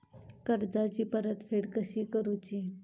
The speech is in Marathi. कर्जाची परतफेड कशी करूची?